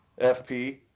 FP